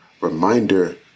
reminder